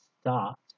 start